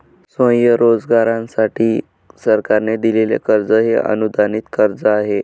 स्वयंरोजगारासाठी सरकारने दिलेले कर्ज हे अनुदानित कर्ज आहे